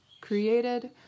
created